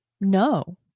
No